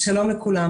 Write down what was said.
שלום לכולם.